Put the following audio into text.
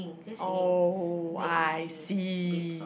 oh I see